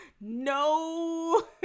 No